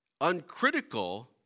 Uncritical